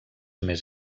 més